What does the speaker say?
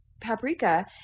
paprika